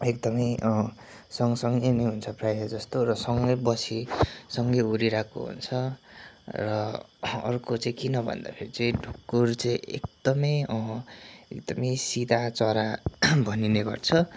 एकदमै सँगसँगै नै हुन्छ प्रायः जस्तो र सँगै बसी सँगै उडिरहेको हुन्छ र अर्को चाहिँ किन भन्दाखेरि चाहिँ ढुकुर चाहिँ एकदमै एकदमै सिधा चरा भनिने गर्छ